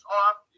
off